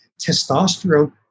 Testosterone